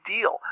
deal